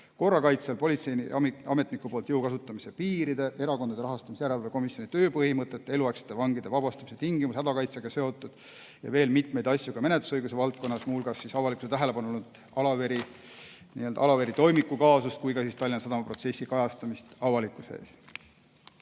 korrakaitsel politseiametniku poolt jõu kasutamise piiride, Erakondade Rahastamise Järelevalve Komisjoni tööpõhimõtete, eluaegsete vangide vabastamise tingimuste ja hädakaitsega seotut ja veel mitmeid asju ka menetlusõiguse valdkonnas, muu hulgas avalikkuse tähelepanu all olnud Mati Alaveri toimiku kaasust, samuti Tallinna Sadama protsessi kajastamist avalikkuse